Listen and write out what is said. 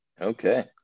okay